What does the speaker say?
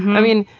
i mean,